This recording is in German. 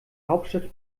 hauptstadt